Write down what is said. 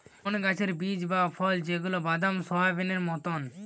কোন গাছের বীজ বা ফল যেগুলা বাদাম, সোয়াবেনেই মতোন